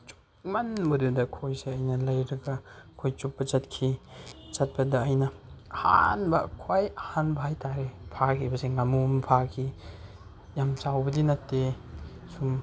ꯆꯨꯞꯃꯟꯕꯗꯨꯗ ꯈꯣꯏꯁꯦ ꯑꯩꯅ ꯂꯩꯔꯒ ꯈꯣꯏ ꯆꯨꯞꯄ ꯆꯠꯈꯤ ꯆꯠꯄꯗ ꯑꯩꯅ ꯑꯍꯥꯟꯕ ꯈ꯭ꯋꯥꯏ ꯑꯍꯥꯟꯕ ꯍꯥꯏ ꯇꯥꯔꯦ ꯐꯥꯈꯤꯕꯁꯦ ꯉꯃꯨ ꯑꯃ ꯐꯥꯈꯤ ꯌꯥꯝ ꯆꯥꯎꯕꯗꯤ ꯅꯠꯇꯦ ꯁꯨꯝ